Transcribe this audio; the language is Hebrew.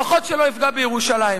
לפחות שלא יפגע בירושלים,